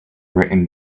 written